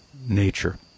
nature